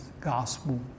gospel